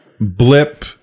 blip